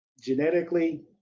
genetically